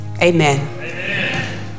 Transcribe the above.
amen